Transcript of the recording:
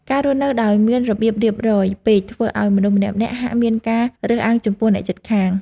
ការរស់នៅដោយមានរបៀបរៀបរយពេកធ្វើឱ្យមនុស្សម្នាក់ៗហាក់មានការរើសអើងចំពោះអ្នកជិតខាង។